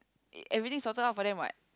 everything is sorted out for them what